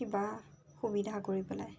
কিবা সুবিধা কৰি পেলাই